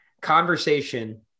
conversation